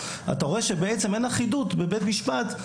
ואני רוצה להודות לך שאתה שם את הדבר הזה על סדר יומה של הכנסת,